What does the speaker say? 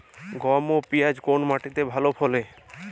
গম এবং পিয়াজ কোন মাটি তে ভালো ফলে?